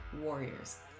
warriors